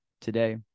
today